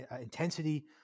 intensity